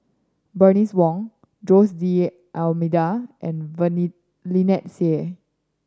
Bernice Wong Jose D'Almeida and Lynnette Seah